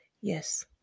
Yes